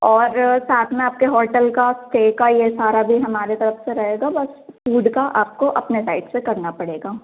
और साथ में आपके होटल का स्टे का यह सारा भी हमारे तरफ़ से रहेगा बस फूड का आपको अपने साइड से करना पड़ेगा